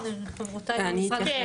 הנה חברותיי ממשרד המשפטים יוכלו להרחיב.